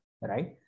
Right